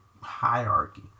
hierarchy